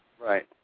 Right